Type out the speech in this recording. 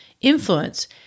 influence